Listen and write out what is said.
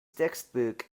textbook